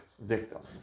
victims